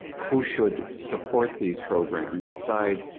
who should support these programs aside?